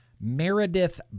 Meredith